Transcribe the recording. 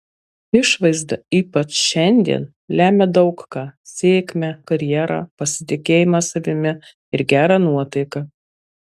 išvaizda ypač šiandien lemia daug ką sėkmę karjerą pasitikėjimą savimi ir gerą nuotaiką